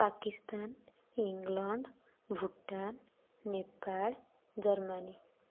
Pakistan England Bhutan Nepal Germany